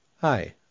Hi